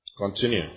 Continue